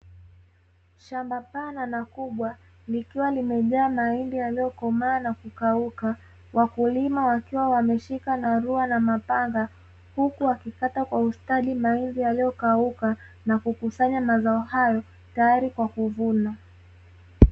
Shamba pana na kubwa, likiwa limejaa mahindi yaliyokomaa na kukauka, wakulima wakiwa wameshika narua na mapanga, huku wakikata kwa ustadi mahindi yaliyokauka, na kukusanya mazao hayo tayari kwa kuvunwa.